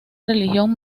religión